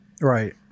Right